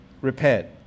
repent